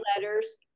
letters